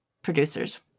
Producers